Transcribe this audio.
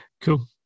cool